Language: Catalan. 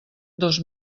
dos